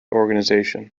organization